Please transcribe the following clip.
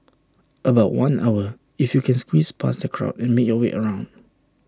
about one hour if you can squeeze past the crowd and make your way around